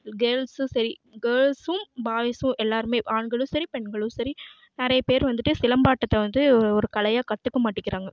கேர்ள்ஸும் சரி கேர்ள்ஸும் பாய்ஸும் எல்லாருமே ஆண்களும் சரி பெண்களும் சரி நிறைய பேர் வந்துவிட்டு சிலம்பாட்டத்தை வந்து ஒரு கலையாக கற்றுக்கமாட்டிக்குறாங்க